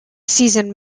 season